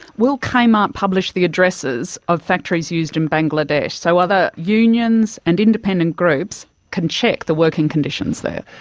will kmart publish the addresses of factories used in bangladesh, so other unions and independent groups can check the working conditions there?